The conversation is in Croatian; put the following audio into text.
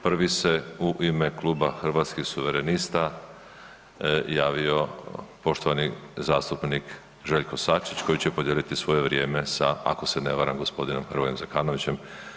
Prvi se u ime kluba Hrvatskih suverenista javio poštovani zastupnik Željko Sačić koji će podijeliti svoje vrijeme sa ako se ne varam gospodinom Hrvojem Zekanovićem.